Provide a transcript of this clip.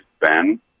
Ben